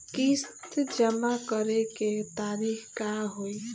किस्त जमा करे के तारीख का होई?